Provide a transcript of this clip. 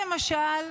למשל,